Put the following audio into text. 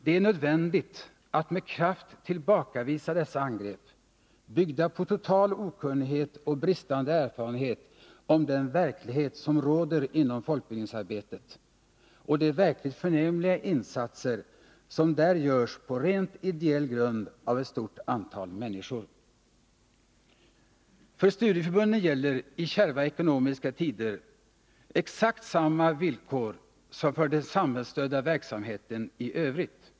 Det är nödvändigt att med kraft tillbakavisa dessa angrepp, byggda på total okunnighet och bristande erfarenhet om den verklighet som råder inom folkbildningsarbetet och de verkligt förnämliga insatser som där görs på rent ideell grund av ett stort antal människor. För studieförbunden gäller i kärva ekonomiska tider exakt samma villkor som för den samhällsstödda verksamheten i övrigt.